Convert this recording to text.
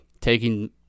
taking